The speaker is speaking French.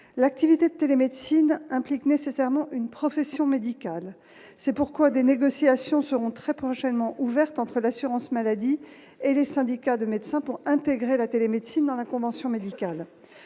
l'activité de télémédecine implique nécessairement une profession médicale, c'est pourquoi des négociations seront très prochainement ouverte entre l'assurance maladie et les syndicats de médecins pour intégrer la télémédecine dans la convention médicale